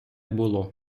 було